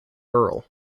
earl